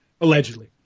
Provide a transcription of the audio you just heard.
Allegedly